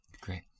great